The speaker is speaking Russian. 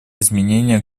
изменения